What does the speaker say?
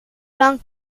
lang